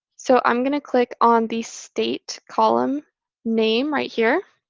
so i'm going to click on the state column name right here.